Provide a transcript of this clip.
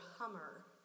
Hummer